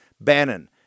Bannon